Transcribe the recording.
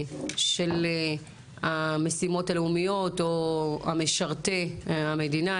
בת חורגת של המשימות הלאומיות או משרתי המדינה.